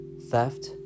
theft